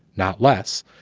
not less.